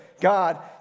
God